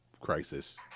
crisis